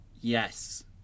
Yes